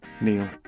Neil